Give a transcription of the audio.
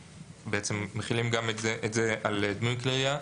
ובעצם מחילים את זה גם על דמוי כלי ירייה.